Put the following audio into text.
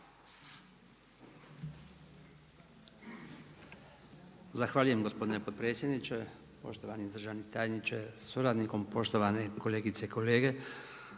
Zahvaljujem gospodine potpredsjedniče, poštovani državni tajniče sa suradnicima, kolegice i kolege,